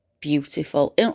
beautiful